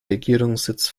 regierungssitz